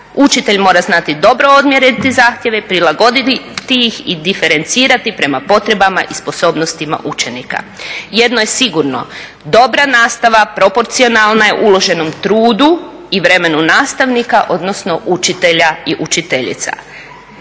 Učitelj mora znati dobro odmjeriti zahtjeve, prilagoditi ih i diferencirati ih prema potrebama i sposobnostima učenika. Jedno je sigurno dobra nastava proporcionalna je uloženom trudu i vremenu nastavnika odnosno učitelja i učiteljica.